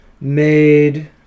made